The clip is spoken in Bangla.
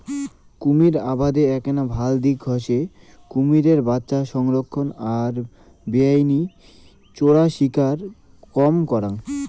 কুমীর আবাদের এ্যাকনা ভাল দিক হসে কুমীরের বাচ্চা সংরক্ষণ আর বেআইনি চোরাশিকার কম করাং